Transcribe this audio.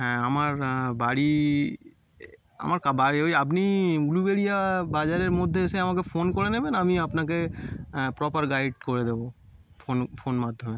হ্যাঁ আমার বাড়ি এ আমার কা বাড়ি ওই আপনি উলুবেরিয়া বাজারের মধ্যে এসে আমাকে ফোন করে নেবেন আমি আপনাকে প্রপার গাইড করে দেবো ফোন ফোন মাধ্যমে